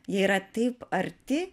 jie yra taip arti